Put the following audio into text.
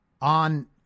on